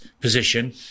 position